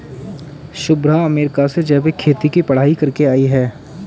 Shubhra America से जैविक खेती की पढ़ाई करके आई है